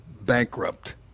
bankrupt